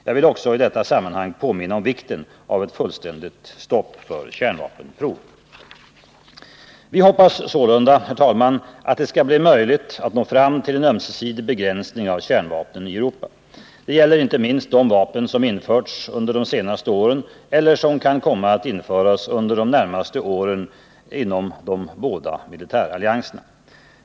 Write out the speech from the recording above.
Jag vill också i detta sammanhang påminna om vikten av ett fullständigt stopp för kärnvapenprov. Vi hoppas sålunda, herr talman, att det skall bli möjligt att nå fram till en ömsesidig begränsning av kärnvapnen i Europa. Det gäller inte minst de vapen som införts under de senaste åren eller som kan komma att införas under de närmaste åren inom de båda militärallianserna.